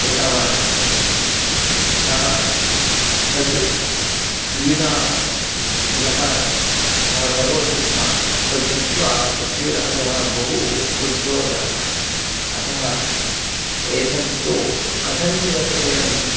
कृतवान् वर्तते सः तद् पीडा यः सः करोति स्म तद् दृष्ट्वा पृथ्वीराजः बहु क्रुद्धो जातः अतः एतत् तु कथञ्चिदपि वयम्